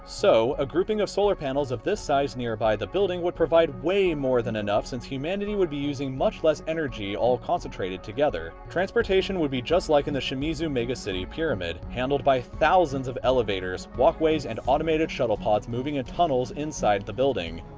so a grouping of solar panels of this size nearby the building would provide way more than enough since humanity would be using much less energy all concentrated together. transportation will be just like in the shimizu mega-city pyramid, handled by thousands of elevators, walkways and automated shuttlepods moving in tunnels inside the building.